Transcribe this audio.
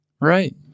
Right